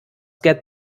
get